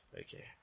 Okay